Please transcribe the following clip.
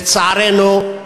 לצערנו,